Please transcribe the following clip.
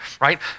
right